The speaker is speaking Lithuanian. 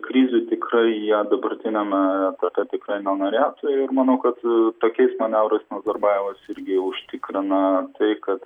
krizių tikrai jie dabartiniame etape tikrai nenorėtų ir manau kad tokiais manevrais nazarbajevas irgi užtikrina tai kad